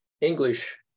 English